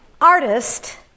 Artist